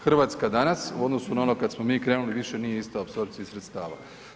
Hrvatska danas u odnosu na ono kada smo mi krenuli više nije isto apsorpciji sredstava.